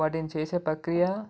వాటిని చేసే ప్రక్రియ